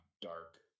dark